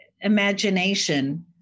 imagination